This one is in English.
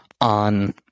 on